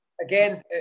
Again